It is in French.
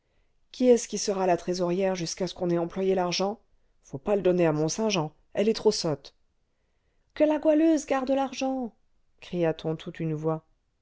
qui est-ce qui sera la trésorière jusqu'à ce qu'on ait employé l'argent faut pas le donner à mont-saint-jean elle est trop sotte que la goualeuse garde l'argent cria-t-on tout d'une voix